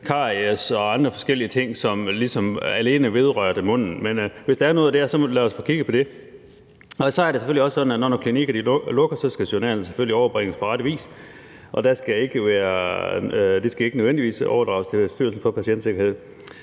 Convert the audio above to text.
karies og andre forskellige ting, som ligesom alene vedrørte munden. Men hvis der er noget der, så lad os få kigget på det. Så er det selvfølgelig også sådan, at når nogle klinikker lukker, skal journalerne selvfølgelig overbringes på rette vis, og de skal ikke nødvendigvis overdrages til Styrelsen for Patientsikkerhed.